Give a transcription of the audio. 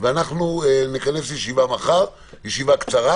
ואנחנו נכנס ישיבה מחר, ישיבה קצרה.